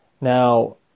now